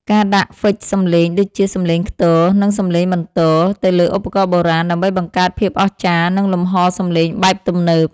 ការដាក់ហ្វិចសំឡេង ដូចជា សំឡេងខ្ទរ និង សំឡេងបន្ទរ ទៅលើឧបករណ៍បុរាណ ដើម្បីបង្កើតភាពអស្ចារ្យ និងលំហសំឡេងបែបទំនើប។